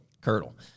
Curdle